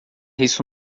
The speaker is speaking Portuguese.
isso